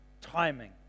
timing